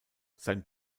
sein